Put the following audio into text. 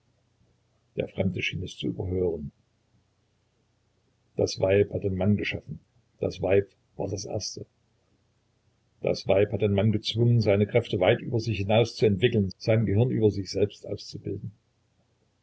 der fremde schien es zu überhören das weib hat den mann geschaffen das weib war das erste das weib hat den mann gezwungen seine kräfte weit über sich hinaus zu entwickeln sein gehirn über sich selbst auszubilden